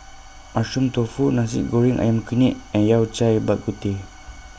Mushroom Tofu Nasi Goreng Ayam Kunyit and Yao Cai Bak Kut Teh